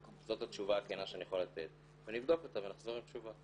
זאת התשובה הכנה שאני יכול לתת ונבדוק אותה ונחזור עם תשובה.